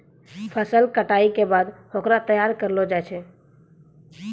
फसल कटाई के बाद होकरा तैयार करलो जाय छै